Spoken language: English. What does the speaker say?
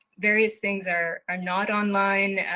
various things are are not online,